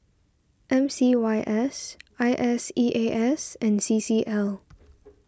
M C Y S I S E A S and C C L